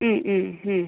ம் ம் ம்